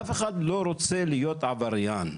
אף אחד לא רוצה להיות עבריין.